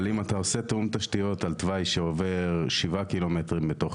אבל אם אתה עושה תיאום תשתיות על תוואי שעובר 7 ק"מ בתוך